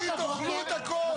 צהריים טובים.